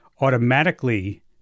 automatically